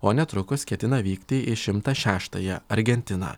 o netrukus ketina vykti į šimtas šeštąją argentiną